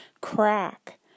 crack